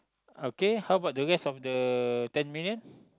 okay how about the rest of the ten million